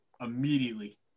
immediately